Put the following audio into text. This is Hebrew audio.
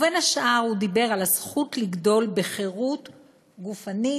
בין השאר, הוא דיבר על הזכות לגדול בחירות גופנית,